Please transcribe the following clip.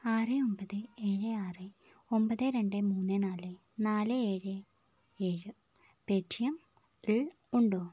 ആറ് ഒമ്പത് ഏഴ് ആറ് ഒമ്പത് രണ്ട് മൂണ്ണ് നാല് നാല് ഏഴ് ഏഴ് പേടിഎം ൽ ഉണ്ടോ